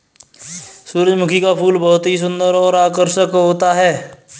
सुरजमुखी का फूल बहुत ही सुन्दर और आकर्षक होता है